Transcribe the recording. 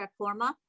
Korma